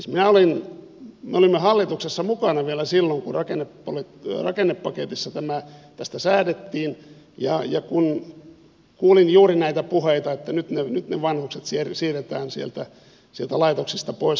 siis me olimme hallituksessa mukana vielä silloin kun rakennepaketissa tästä säädettiin ja kuulin juuri näitä puheita että nyt ne vanhukset siirretään sieltä laitoksesta pois kotiinsa